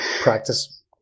practice